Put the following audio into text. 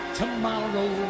tomorrow